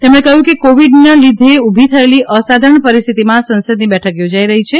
તેમણે કહ્યું કે કોવિડના લીધી ઉભી થયેલી અસાધારણ પરિસ્થિતિમાં સંસદની બેઠક યોજાઇ રહી છે